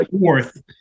fourth